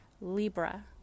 Libra